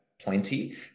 plenty